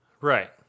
right